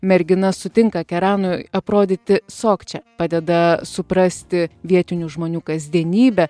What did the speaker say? mergina sutinka keranui aprodyti sokčę padeda suprasti vietinių žmonių kasdienybę